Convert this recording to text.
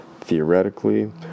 Theoretically